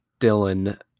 Dylan